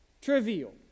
trivial